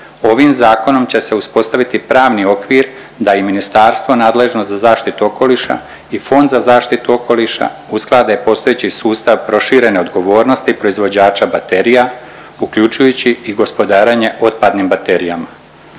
ovim zakonom će se uspostaviti pravni okvir da i Ministarstvo nadležno za zaštitu okoliša i Fond za zaštitu okoliša usklade postojeći sustav proširene odgovornosti proizvođača baterija uključujući i gospodarenje otpadnim baterijama.